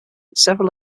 several